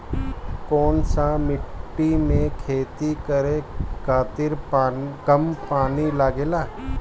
कौन सा मिट्टी में खेती करे खातिर कम पानी लागेला?